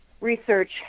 research